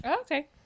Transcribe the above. Okay